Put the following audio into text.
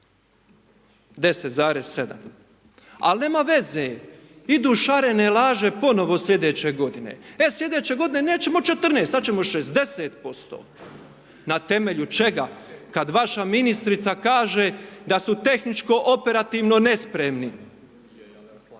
10,7. Ali nema veze, idu šarene laže ponovno sljedeće g. Sljedeće g. nećemo 14 sada ćemo 60% na temelju čega? Kada vaše ministrica kaže, da su tehničko operativno nespremni.